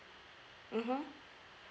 mmhmm